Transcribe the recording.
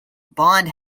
bond